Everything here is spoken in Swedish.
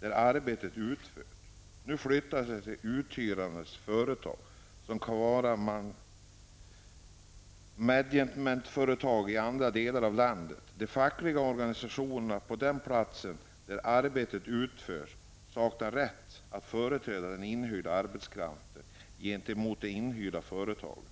där arbetet har utförts. Nu flyttas det till det uthyrande företaget, som kan vara ett managementföretag i en annan del av landet. Den fackliga organisationen på den plats där arbetet utförs saknar rätt att företräda den inhyrda arbetskraften gentemot det inhyrande företaget.